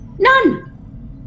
None